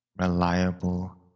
reliable